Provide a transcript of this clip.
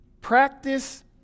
Practice